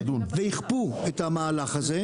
ויכפו את המהלך הזה,